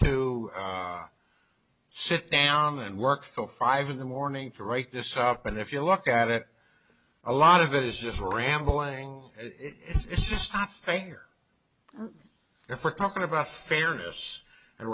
to sit down and work for five in the morning to write this up and if you look at it a lot of it is just rambling it's just not fair if we're talking about fairness and